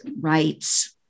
rights